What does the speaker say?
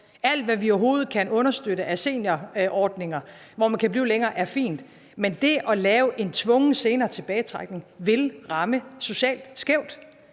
Alt, hvad vi overhovedet kan understøtte af seniorordninger, hvor man kan blive længere, er fint, men det at lave en tvungen senere tilbagetrækning vil ramme socialt skævt,